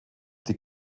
die